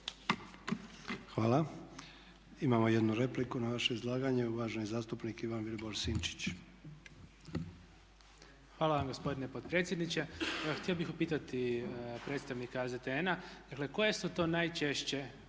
Hvala. Imamo jednu repliku na vaše izlaganje. Uvaženi zastupnik Ivan Vilibor Sinčić. **Sinčić, Ivan Vilibor (Živi zid)** Hvala vam gospodine potpredsjedniče. Htio bih upitati predstavnika AZTN-a, dakle koje su to najčešće